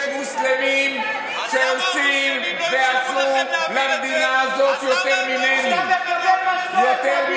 יש מוסלמים שעושים ועשו למדינה הזאת יותר ממני.